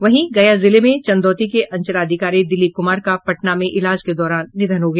वहीं गया जिले में चंदौती के अंचलाधिकारी दिलीप कुमार का पटना में इलाज के दौरान निधन हो गया